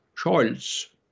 Scholz